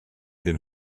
den